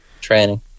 training